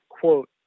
quote